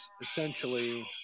essentially